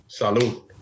Salud